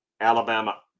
Alabama